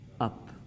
Up